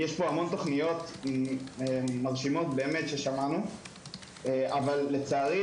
יש המון תכניות מרשימות ששמענו אבל לצערי,